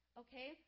okay